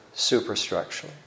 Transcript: superstructure